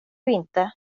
inte